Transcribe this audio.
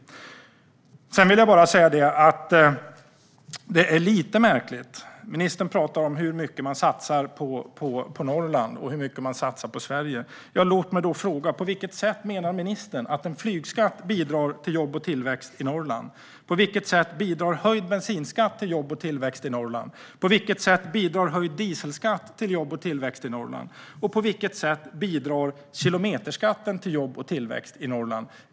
Sedan vill jag bara säga att det är lite märkligt när ministern pratar om hur mycket man satsar på Norrland och hur mycket man satsar på Sverige. Låt mig då fråga: På vilket sätt menar ministern att en flygskatt bidrar till jobb och tillväxt i Norrland? På vilket sätt bidrar höjd bensinskatt till jobb och tillväxt i Norrland? På vilket sätt bidrar höjd dieselskatt till jobb och tillväxt i Norrland? På vilket sätt bidrar kilometerskatten till jobb och tillväxt i Norrland?